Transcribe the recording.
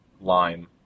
lime